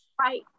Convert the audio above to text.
Right